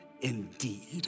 indeed